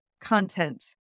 content